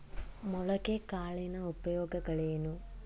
ಮೊಳಕೆ ಕಾಳಿನ ಉಪಯೋಗಗಳೇನು?